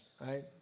right